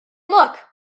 look